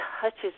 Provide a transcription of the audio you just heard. touches